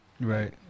right